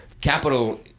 capital